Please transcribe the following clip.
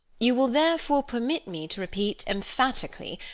you will therefore permit me to repeat, emphatically,